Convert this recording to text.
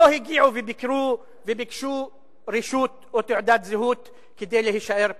לא הגיעו וביקרו וביקשו רשות או תעודת זהות כדי להישאר פה.